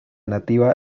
nativa